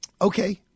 Okay